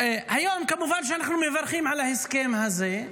היום כמובן שאנחנו מברכים על ההסכם הזה,